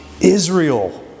Israel